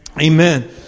amen